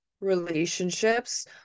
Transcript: relationships